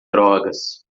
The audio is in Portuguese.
drogas